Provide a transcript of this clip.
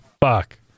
fuck